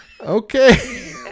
Okay